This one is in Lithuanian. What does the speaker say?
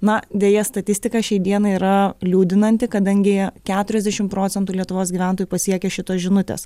na deja statistika šiai dienai yra liūdinanti kadangi keturiasdešimt procentų lietuvos gyventojų pasiekia šitos žinutės